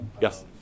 Yes